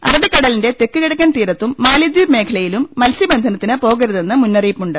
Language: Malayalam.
അറബിക്കട ലിന്റെ തെക്ക് കിഴക്കൻ തീരത്തും മാലിദ്ധീപ് മേഖല യിലും മത്സൃബന്ധനത്തിന് പോകരുതെന്ന് മുന്നറിയിപ്പു ണ്ട്